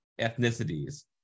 ethnicities